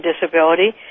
disability